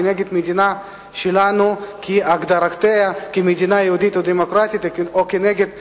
נגד המדינה שלנו כהגדרותיה כמדינה יהודית ודמוקרטית או נגד סמליה,